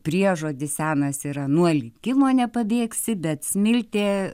priežodis senas yra nuo likimo nepabėgsi bet smiltė